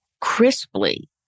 crisply